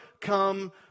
come